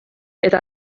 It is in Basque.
eta